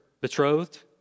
betrothed